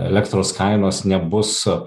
elektros kainos nebus